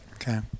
Okay